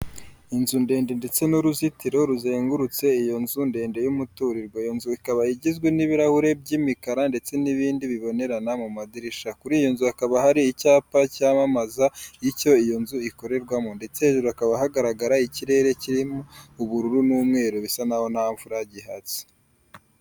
Inzu ndende ndetse n'uruzitiro ruzengurutse iyo nzu ndende y'umuturirwa. Iyo inzu ikaba igizwe n'ibirahuri by'imikara ndetse n'ibindi bibonerana mu madirisha, kuri iyi nzu hakaba hari icyapa cyamamaza icyo iyo nzu ikorerwamo ndetse hejuru hakaba hagaragara ikirere kirimo ubururu n'umweru bisa naho nta mvura gihatse.